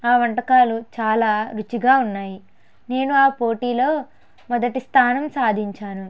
ఆ వంటకాలు చాలా రుచిగా ఉన్నాయి నేను ఆ పోటీలో మొదటి స్థానం సాధించాను